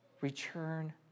return